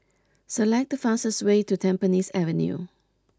select the fastest way to Tampines Avenue